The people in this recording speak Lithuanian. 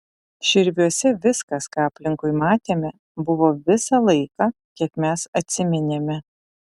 širviuose viskas ką aplinkui matėme buvo visą laiką kiek mes atsiminėme